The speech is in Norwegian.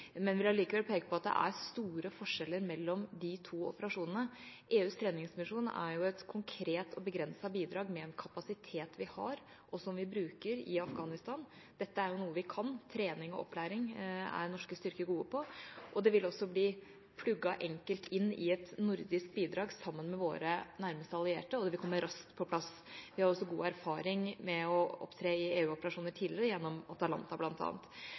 Men jeg vil likevel peke på at det er store forskjeller mellom de to operasjonene. EUs treningsmisjon er jo et konkret og begrenset bidrag med en kapasitet vi har og som vi bruker i Afghanistan. Dette er noe vi kan – trening og opplæring er norske styrker gode på. Det vil også bli plugget enkelt inn i et nordisk bidrag sammen med våre nærmeste allierte, og det vil komme raskt på plass. Vi har også god erfaring med å opptre i EU-operasjoner tidligere gjennom Atalanta